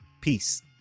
Peace